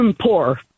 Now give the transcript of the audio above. poor